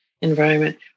environment